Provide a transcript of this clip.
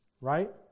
right